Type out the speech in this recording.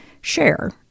share